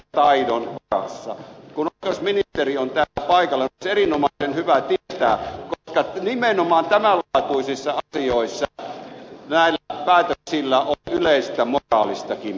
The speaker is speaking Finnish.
kun oikeusministeri on täällä paikalla niin se olisi erinomaisen hyvä tietää koska nimenomaan tämänlaatuisissa asioissa näillä päätöksillä on yleistä moraalistakin merkitystä